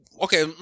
Okay